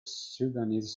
sudanese